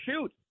shoot